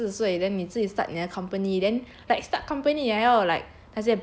like 二十四岁 then 你自己 start 你的 company then like start company 你还要 like